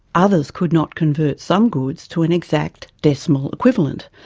others could not convert some goods to an exact decimal equivalent,